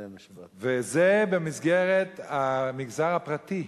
וזה במסגרת המגזר הפרטי,